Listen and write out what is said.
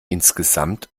insgesamt